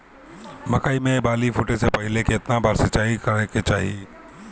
मकई मे बाली फूटे से पहिले केतना बार निराई करे के चाही?